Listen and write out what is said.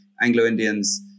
Anglo-Indians